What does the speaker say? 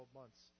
months